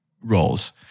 roles